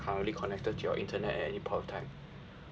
currently connected to your internet at any point of time